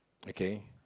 okay